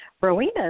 Rowena